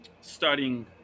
studying